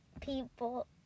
people